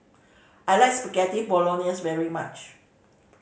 I like Spaghetti Bolognese very much